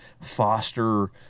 foster